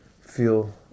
feel